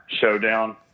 showdown